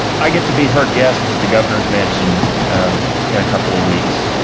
i get to be her guest at the governor's mansion in a couple of weeks.